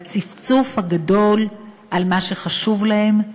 לצפצוף הגדול על מה שחשוב להם,